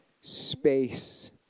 space